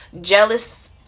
jealous